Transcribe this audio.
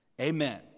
Amen